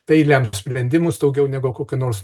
tai lems sprendimus daugiau negu kokia nors